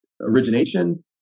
origination